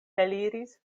eliris